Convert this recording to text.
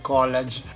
College